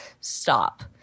stop